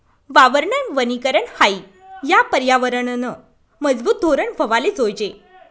वावरनं वनीकरन हायी या परयावरनंनं मजबूत धोरन व्हवाले जोयजे